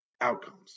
outcomes